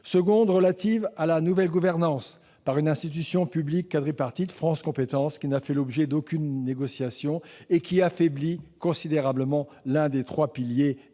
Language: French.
seconde rupture a trait à la nouvelle gouvernance par une institution publique quadripartite : France compétences, qui n'a fait l'objet d'aucune négociation et qui affaiblit considérablement l'un des trois piliers du